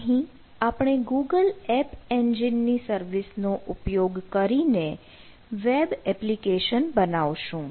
અહીં આપણે Google app એન્જિનની સર્વિસનો ઉપયોગ કરીને વેબ એપ્લિકેશન બનાવીશું